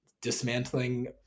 dismantling